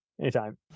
Anytime